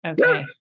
Okay